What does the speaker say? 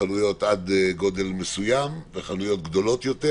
חנויות עד גודל מסוים וחנויות גדולות יותר